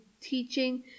teaching